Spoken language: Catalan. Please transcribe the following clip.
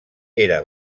era